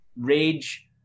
Rage